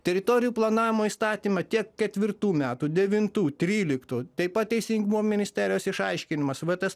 teritorijų planavimo įstatymą tiek ketvirtų metų devintų tryliktų taip pat teisingumo ministerijos išaiškinimas va tas